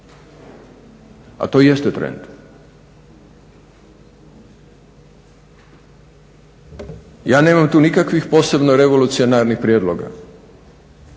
a to jeste trend. Ja nemam tu nikakvih posebno revolucionarnih prijedloga,